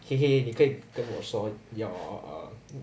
K K 你可以跟我说 your um